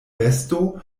vesto